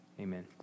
amen